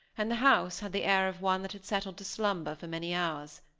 and the house had the air of one that had settled to slumber for many hours.